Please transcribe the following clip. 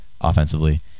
offensively